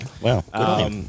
Wow